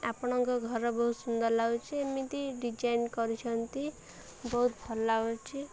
ଆପଣଙ୍କ ଘର ବହୁତ ସୁନ୍ଦର ଲାଗୁଛି ଏମିତି ଡିଜାଇନ୍ କରିଛନ୍ତି ବହୁତ ଭଲ ଲାଗୁଚି